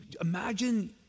imagine